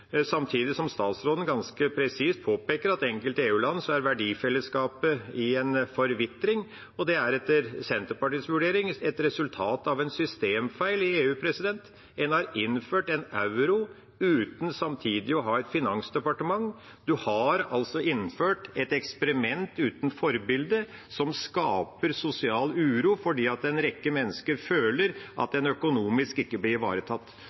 Samtidig påpekte statsråden ganske presist at i enkelte EU-land er verdifellesskapet i forvitring. Det er etter Senterpartiets vurdering et resultat av en systemfeil i EU. En har innført en euro uten samtidig å ha et finansdepartement. En har innført et eksperiment uten forbilde, som skaper sosial uro fordi en rekke mennesker føler at de økonomisk ikke blir ivaretatt.